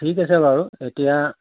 ঠিক আছে বাৰু এতিয়া